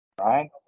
right